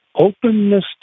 openness